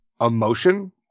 emotion